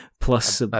plus